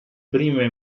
prime